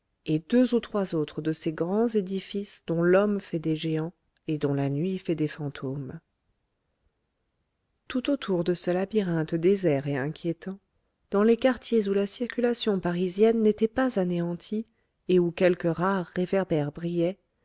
et deux ou trois autres de ces grands édifices dont l'homme fait des géants et dont la nuit fait des fantômes tout autour de ce labyrinthe désert et inquiétant dans les quartiers où la circulation parisienne n'était pas anéantie et où quelques rares réverbères brillaient